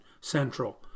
Central